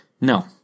No